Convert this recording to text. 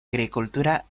agricultura